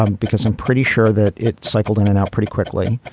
ah because i'm pretty sure that it cycled in and out pretty quickly.